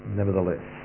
nevertheless